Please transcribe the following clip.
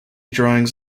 drawings